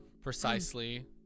Precisely